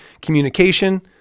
communication